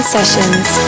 Sessions